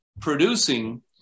producing